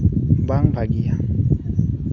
ᱵᱟᱝ ᱵᱷᱟᱹᱜᱤᱭᱟ